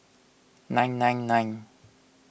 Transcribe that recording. nine nine nine